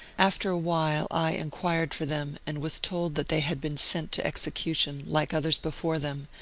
after a while i enquired for them and was told that they had been sent to execution, like others before them,